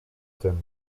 tym